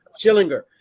Schillinger